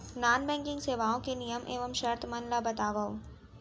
non banking सेवाओं के नियम एवं शर्त मन ला बतावव